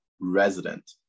resident